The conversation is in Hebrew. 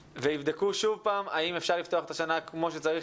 ויבדקו שוב האם אפשר לפתוח את שנת הלימודים,